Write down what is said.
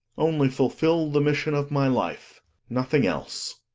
only fulfill the mission of my life nothing else.